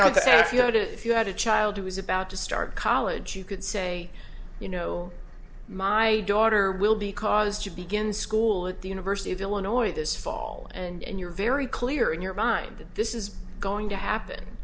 to if you had a child who was about to start college you could say you know my daughter will be caused to begin school at the university of illinois this fall and you're very clear in your mind that this is going to happen